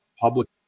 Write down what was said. public